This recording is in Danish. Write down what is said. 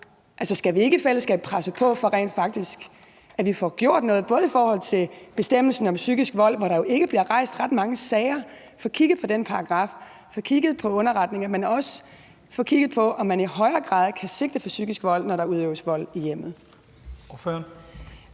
skal vi ikke i fællesskab presse på for, at vi rent faktisk får gjort noget, bl.a. i forhold til bestemmelsen om psykisk vold, hvor der jo ikke bliver rejst ret mange sager; at vi får kigget på den paragraf og får kigget på underretninger, men også får kigget på, om man i højere grad kan lave en sigtelse for psykisk vold, når der udøves vold i hjemmet?